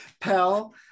pal